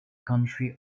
country